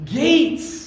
gates